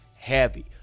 Heavy